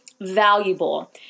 valuable